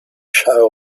shire